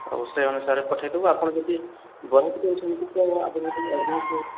ହଉ ସେହି ଅନୁସାରେ ପଠାଇଦବୁ ଆପଣ ଯଦି ବରମ୍ପୁରରେ ଅଛନ୍ତି ତ ଆପଣଙ୍କୁ ଆଡ଼୍ଭାନ୍ସ୍